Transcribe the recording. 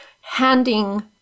handing